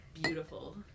beautiful